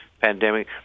pandemic